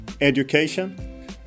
Education